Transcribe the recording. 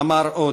אמר עוד: